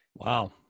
Wow